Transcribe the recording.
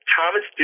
Thomas